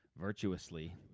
virtuously